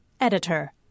Editor